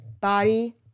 body